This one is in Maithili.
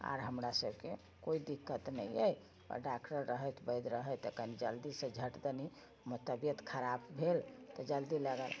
आओर हमरा सबके कोइ दिक्कत नहि अइ आओर डॉक्टर रहैत वैद्य रहैत कनी जल्दीसँ झट दनी तबियत खराब भेल तऽ जल्दी